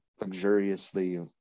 luxuriously